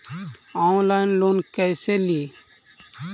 Online loan कैसे ली?